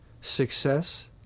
success